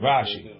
Rashi